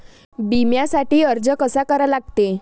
बिम्यासाठी अर्ज कसा करा लागते?